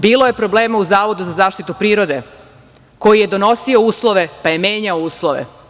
Bilo je problema u Zavodu za zaštitu prirode koji je donosio uslove, pa je menjao uslove.